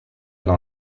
dans